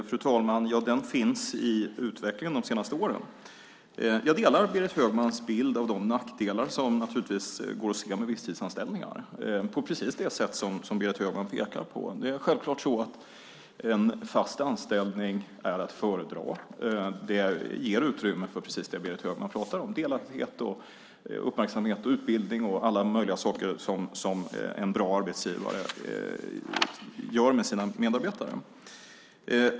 Fru talman! Den finns i utvecklingen under de senaste åren. Jag delar Berit Högmans bild av de nackdelar med visstidsanställningar som går att se. Det är självklart så att en fast anställning är att föredra. Det ger utrymme för precis det som Berit Högman talar om - delaktighet, uppmärksamhet och utbildning som en bra arbetsgivare ger sina medarbetare.